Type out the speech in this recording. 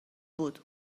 بود